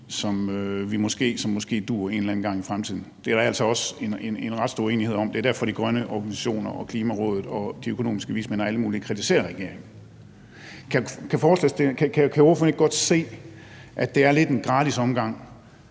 som måske dur på et eller andet tidspunkt engang i fremtiden. Det er der altså en ret stor enighed om, og det er derfor, at de grønne organisationer, Klimarådet, de økonomiske vismænd og alle mulige kritiserer regeringen. Kan ordføreren ikke godt se, at det, ordføreren siger,